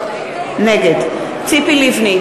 נגד ציפי לבני,